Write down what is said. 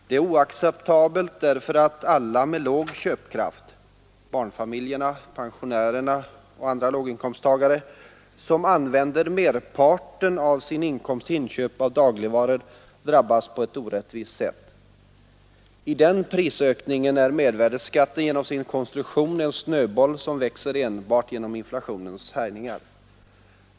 Det är oacceptabelt därför att alla med låg köpkraft barnfamiljerna, pensionärerna och andra låginkomsttagare som använder merparten av sin inkomst till inköpet av dagligvaror drabbas på ett orättvist sätt. I den prisökningen är mervärdeskatten genom sin konstruktion en snöboll som växer enbart genom inflationens härjningar.